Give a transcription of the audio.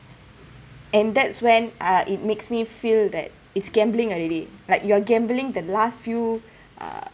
and that's when uh it makes me feel that it's gambling already like you're gambling the last few uh